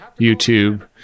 YouTube